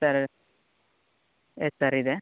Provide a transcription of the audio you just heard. sir yes sir ಇದೆ